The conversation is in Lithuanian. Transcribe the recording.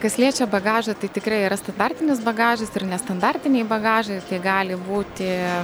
kas liečia bagažą tai tikrai yra standartinis bagažas ir nestandartiniai bagažai gali būti